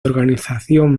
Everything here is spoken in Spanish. organización